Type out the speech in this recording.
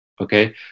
Okay